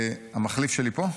המחליף שלי פה?